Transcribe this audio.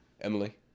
Emily